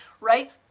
right